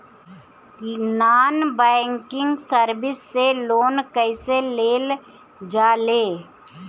Non banking service से loan कैसे लेल जा ले?